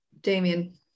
Damien